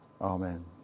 Amen